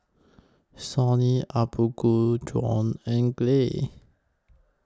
Sony Apgujeong and Gelare